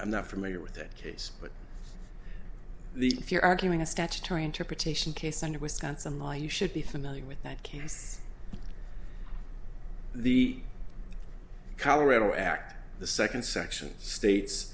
i'm not familiar with it case but the if you're arguing a statutory interpretation case under wisconsin law you should be familiar with that case the colorado act the second section states